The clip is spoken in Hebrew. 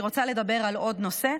אני רוצה לדבר על עוד נושא.